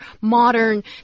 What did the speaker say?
modern